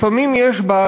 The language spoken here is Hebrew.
לפעמים יש בה,